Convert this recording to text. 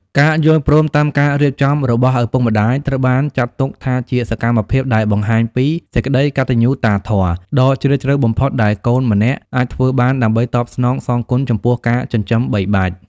ការយល់ព្រមតាមការរៀបចំរបស់ឪពុកម្ដាយ ត្រូវបានចាត់ទុកថាជាសកម្មភាពដែលបង្ហាញពី "សេចក្ដីកតញ្ញូតាធម៌" ដ៏ជ្រាលជ្រៅបំផុតដែលកូនម្នាក់អាចធ្វើបានដើម្បីតបស្នងសងគុណចំពោះការចិញ្ចឹមបីបាច់។